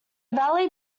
valley